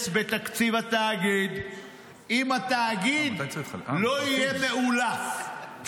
בתקציב התאגיד אם התאגיד לא יהיה מאולף,